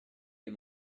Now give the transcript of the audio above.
les